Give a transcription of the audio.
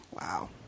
Wow